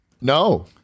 No